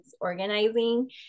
organizing